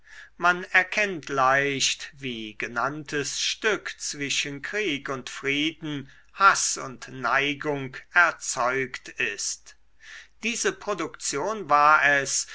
man erkennt leicht wie genanntes stück zwischen krieg und frieden haß und neigung erzeugt ist diese produktion war es